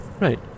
right